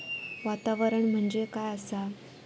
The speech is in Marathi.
वातावरण म्हणजे काय असा?